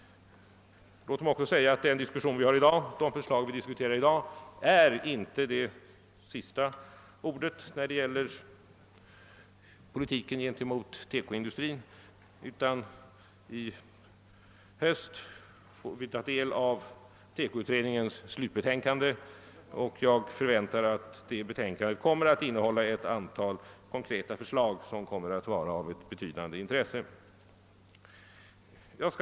Låt mig också säga att den diskussion som har förts i dag inte är det sista ordet när det gäller politiken gentemot TEKO-industrin. I höst får vi ta del av TEKO-utredningens slutbetänkande, och jag förväntar att det betänkandet kommer att innehålla ett antal konkreta förslag som kommer att vara av betydande intresse.